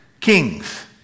Kings